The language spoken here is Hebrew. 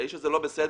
האיש הזה לא בסדר,